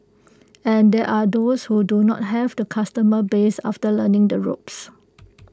and there are those who do not have the customer base after learning the ropes